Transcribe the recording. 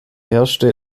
herrschte